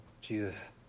Jesus